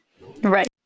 right